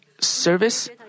service